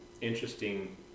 interesting